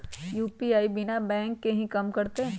UPI बिना bank के भी कम करतै?